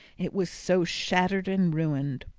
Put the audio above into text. it was so shattered and ruined.